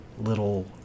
little